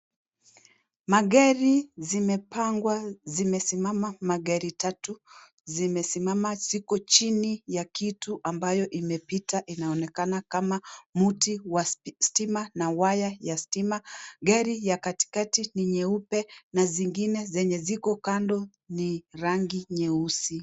Magari zimepangwa zimesimama magari tatu, zimesimama ziko chini ya kitu ambayo imepita inaonekana kama mti wa stima na waya ya stima, gari ya katikati ni nyeupe na zingine zenye ziko kando ni rangi nyeusi.